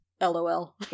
LOL